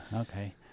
Okay